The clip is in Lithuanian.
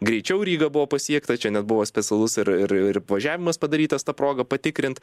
greičiau ryga buvo pasiekta čia net buvo specialus ir ir ir važiavimas padarytas ta proga patikrint